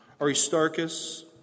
Aristarchus